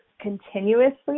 continuously